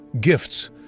gifts